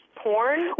porn